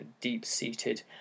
deep-seated